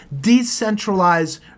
decentralized